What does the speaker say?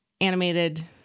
animated